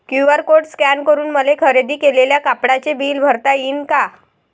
QR code scan करून मले खरेदी केलेल्या कापडाचे बिल भरता यीन का?